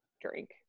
drink